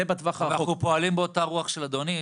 אנחנו פועלים באותה רוח של אדוני,